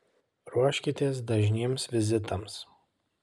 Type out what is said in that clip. ruoškitės dažniems vizitams